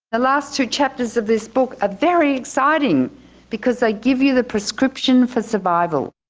the last two chapters of this book a very exciting because they give you the prescription for survival!